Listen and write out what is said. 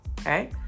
okay